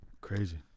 Crazy